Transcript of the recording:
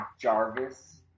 Jarvis